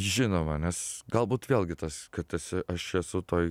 žinoma nes galbūt vėlgi tas kad esi aš esu toj